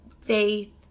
faith